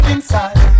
Inside